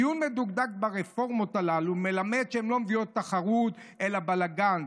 עיון מדוקדק ברפורמות הללו מלמד שהן לא מביאות תחרות אלא" בלגן.